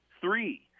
three